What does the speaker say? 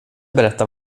berätta